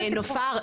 נופר,